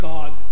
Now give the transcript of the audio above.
God